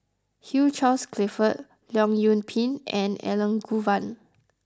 Hugh Charles Clifford Leong Yoon Pin and Elangovan